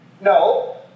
No